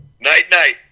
Night-night